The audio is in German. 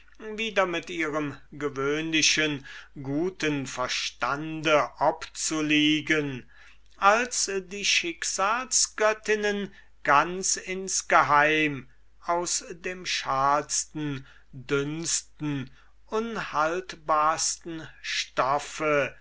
wieder mit ihrem gewöhnlichen guten verstande obzuliegen als die schicksalsgöttinnen ganz ingeheim aus dem schalsten dünnsten unhaltbarsten stoff